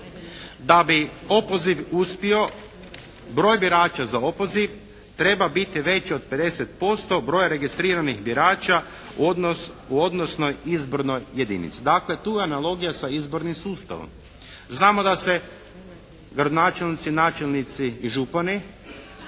da bi opoziv uspio broj birača za opoziv treba biti veći od 50% broja registriranih birača odnosno izbornoj jedinici. Dakle tu je analogija sa izbornim sustavom. Znamo da se gradonačelnici, načelnici i župani